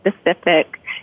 specific